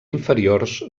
inferiors